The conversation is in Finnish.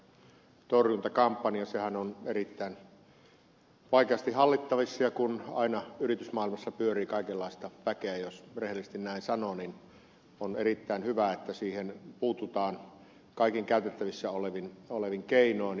sehän on erittäin vaikeasti hallittavissa ja kun aina yritysmaailmassa pyörii kaikenlaista väkeä jos rehellisesti näin sanoo niin on erittäin hyvä että siihen puututaan kaikin käytettävissä olevin keinoin